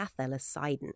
cathelicidin